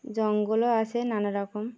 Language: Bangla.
জঙ্গলও আসে নানারকম